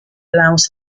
allows